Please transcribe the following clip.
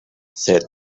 said